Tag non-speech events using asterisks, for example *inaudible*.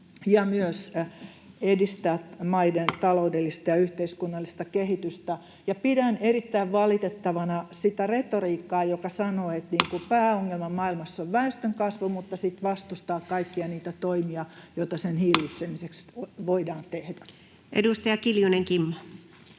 *noise* taloudellista ja yhteiskunnallista kehitystä. Ja pidän erittäin valitettavana sitä retoriikkaa, joka sanoo, *noise* että pääongelma maailmassa on väestönkasvu, mutta sitten vastustaa kaikkia niitä toimia, joita sen hillitsemiseksi voidaan tehdä. [Speech 96] Speaker: